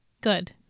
Good